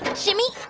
shimmy.